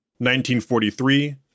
1943